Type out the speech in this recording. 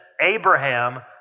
Abraham